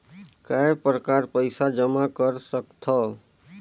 काय प्रकार पईसा जमा कर सकथव?